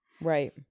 Right